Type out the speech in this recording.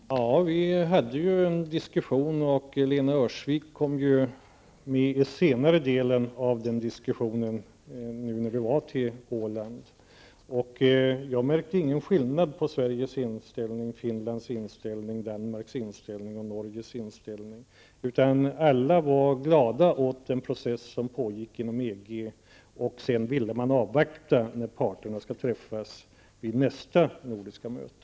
Fru talman! Vi hade ju en diskussion. Lena Öhrsvik kom med i slutet av diskussionen när vi var till Åland. Jag märkte inte någon skillnad mellan Sveriges, Finlands, Danmarks och Norges inställning. Alla var glada över den process som pågår i EG. Man ville emellertid avvakta tills parterna träffas vid nästa nordiska möte.